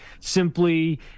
simply